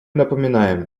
напоминаем